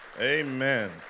Amen